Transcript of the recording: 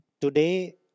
Today